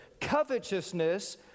Covetousness